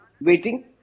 waiting